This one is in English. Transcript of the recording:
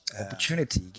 opportunity